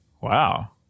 Wow